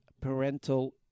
parental